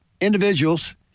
individuals